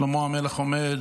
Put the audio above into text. שלמה המלך אומר: